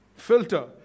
Filter